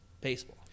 baseball